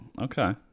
okay